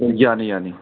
ꯌꯥꯅꯤ ꯌꯥꯅꯤ